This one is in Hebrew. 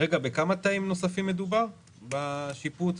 בכמה תאים נוספים מדובר בשיפוץ